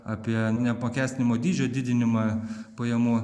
apie neapmokestinamo dydžio didinimą pajamų